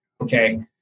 Okay